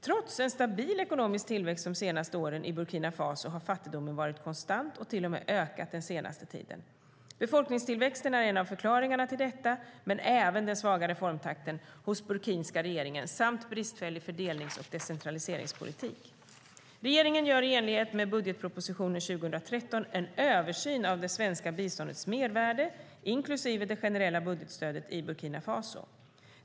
Trots en stabil ekonomisk tillväxt de senaste åren i Burkina Faso har fattigdomen varit konstant och till och med ökat den senaste tiden. Befolkningstillväxten är en av förklaringarna till detta men även den svaga reformtakten hos den burkinska regeringen samt bristfällig fördelnings och decentraliseringspolitik. Regeringen gör i enlighet med budgetpropositionen 2013 en översyn av det svenska biståndets mervärde, inklusive det generella budgetstödet, i Burkina Faso.